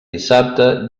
dissabte